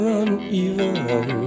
uneven